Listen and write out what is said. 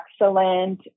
excellent